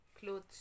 Clothes